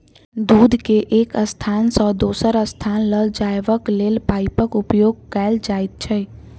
दूध के एक स्थान सॅ दोसर स्थान ल जयबाक लेल पाइपक उपयोग कयल जाइत छै